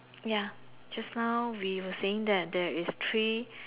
ya just now we were saying that there is three